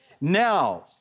Now